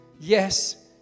yes